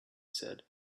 said